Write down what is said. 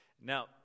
Now